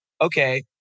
okay